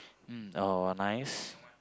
mm oh nice